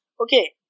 Okay